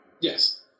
Yes